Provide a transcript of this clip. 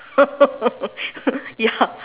ya